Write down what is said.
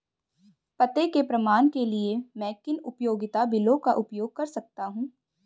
पते के प्रमाण के लिए मैं किन उपयोगिता बिलों का उपयोग कर सकता हूँ?